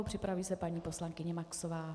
Připraví se paní poslankyně Maxová.